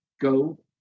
go